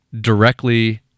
directly